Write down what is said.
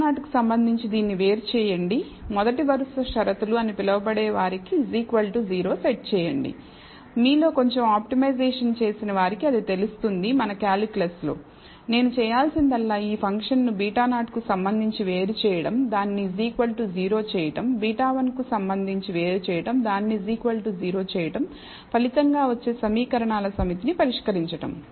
β0 కు సంబంధించి దీన్ని వేరు చేయండి మొదటి వరుస షరతులు అని పిలువబడే వారికి 0 సెట్ చేయండి మీలో కొంచెం ఆప్టిమైజేషన్ చేసిన వారికి అది తెలుస్తుంది మన కాలిక్యులస్ లో నేను చేయాల్సిందల్లా ఈ ఫంక్షన్ను β0 కు సంబంధించి వేరు చేయడం దానిని 0 చేయడం β1 కు సంబంధించి వేరు చేయడం దానిని 0 చేయడంఫలితంగా వచ్చే సమీకరణాల సమితిని పరిష్కరించడం